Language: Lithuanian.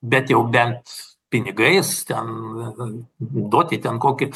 bet jau bent pinigais ten duoti ten kokį